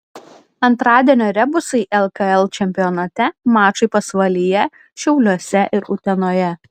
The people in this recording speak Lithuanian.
antradienio rebusai lkl čempionate mačai pasvalyje šiauliuose ir utenoje